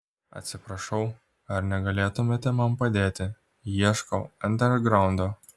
atsiprašau ar negalėtumėte man padėti ieškau andergraundo